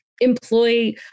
employ